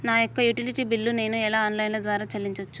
నా యొక్క utility bill ను నేను ఆన్ లైన్ ద్వారా చెల్లించొచ్చా?